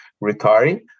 retiring